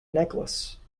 necklace